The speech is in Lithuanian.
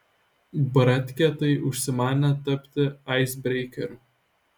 bratkė tai užsimanė tapti aisbreikeriu